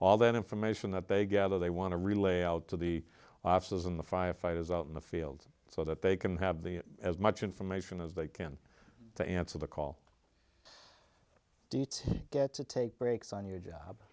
all that information that they gather they want to relay out to the offices in the firefighters out in the field so that they can have the as much information as they can to answer the call to get to take breaks on your job